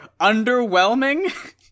Underwhelming